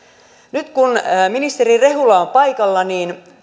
nyt kun ministeri rehula on paikalla